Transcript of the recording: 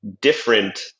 different